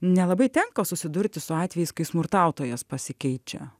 nelabai tenka susidurti su atvejais kai smurtautojas pasikeičia